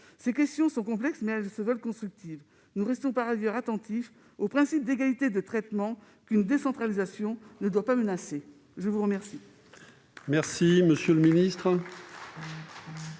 Ces questions sont complexes, mais se veulent constructives. Nous restons par ailleurs attentifs au principe d'égalité de traitement, qu'une décentralisation ne doit pas menacer. La parole